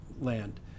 land